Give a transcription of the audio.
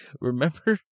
Remember